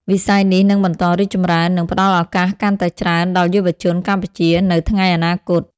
វិស័យនេះនឹងបន្តរីកចម្រើន និងផ្តល់ឱកាសកាន់តែច្រើនដល់យុវជនកម្ពុជានៅថ្ងៃអនាគត។